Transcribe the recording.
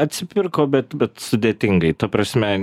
atsipirko bet bet sudėtingai ta prasme